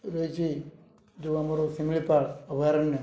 ରହିଛି ଯେଉଁ ଆମର ଶିମିଳିପାଳ ଅଭୟାରଣ୍ୟ